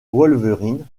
wolverine